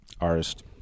artist